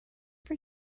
for